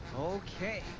Okay